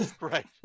right